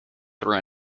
through